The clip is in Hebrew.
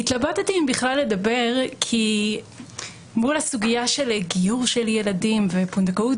התלבטתי אם בכלל לדבר כי מול הסוגיה של גיור ילדים ופונדקאות